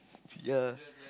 yeah